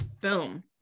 Boom